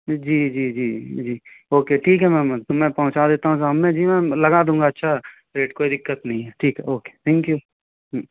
जी जी जी जी ओ के ठीक है मैम तो मैं पहुँचा देता हूँ शाम में जी मैम लगा दूँगा अच्छा रेट कोई दिक्कत नहीं है ठीक है ओ के थैंक यू हूँ